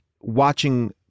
watching